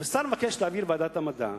אם שר מבקש להעביר לוועדת המדע,